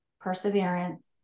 perseverance